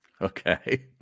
Okay